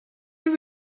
you